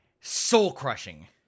soul-crushing